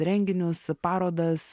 renginius parodas